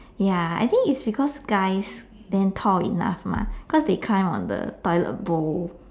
ya I think is because guys then tall enough mah cause they climb on the toilet bowl